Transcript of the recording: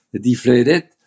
deflated